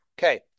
Okay